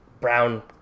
brown